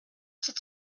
cette